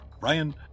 Ryan